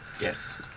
Yes